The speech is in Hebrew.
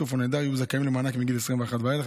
חטוף או נעדר יהיו זכאים למענק מגיל 21 ואילך,